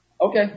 Okay